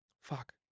fuck